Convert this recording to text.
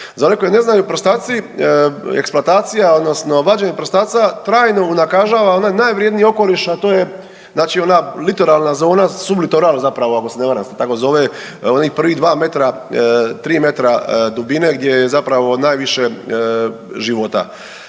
Za one koji ne znaju prstaci, eksploatacija odnosno vađenje prstaca trajno unakažava onaj najvrjedniji okoliš, a to je znači ona literalna zona, sublitoral zapravo ako se ne varam da se tako zove, onih prvih dva metra, tri metra dubine gdje je zapravo najviše života.